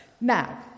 now